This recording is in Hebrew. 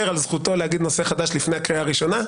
על זכותו להגיד "נושא חדש" לפני קריאה ראשונה,